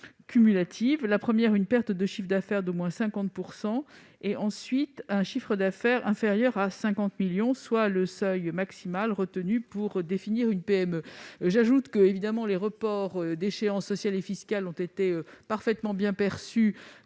entreprises : subir une perte de chiffre d'affaires d'au moins 50 %; avoir un chiffre d'affaires inférieur à 50 millions d'euros, soit le seuil maximal retenu pour définir une PME. J'ajoute que les reports des échéances sociales et fiscales ont été parfaitement bien perçus